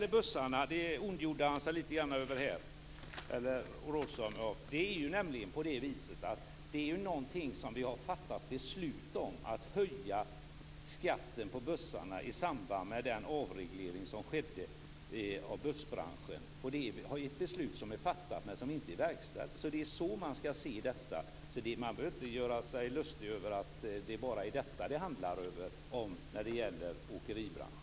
Rådhström ondgjorde sig lite grann över skatten på bussarna. Vi fattade beslut om att höja skatten på bussarna i samband med den avreglering som skedde av bussbranschen. Det är ett beslut som är fattat, men som inte är verkställt. Det är så man skall se det. Man behöver inte göra sig lustig över att det bara är detta det handlar om när det gäller åkeribranschen.